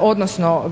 odnosno